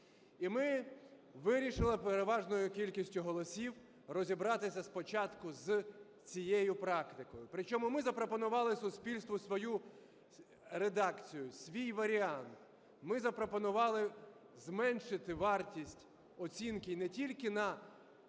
І ми вирішили переважною кількістю голосів розібратися спочатку з цією практикою. Причому, ми запропонували суспільству свою редакцію, свій варіант. Ми запропонували зменшити вартість оцінки не тільки на